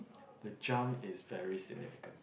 the jump is very significant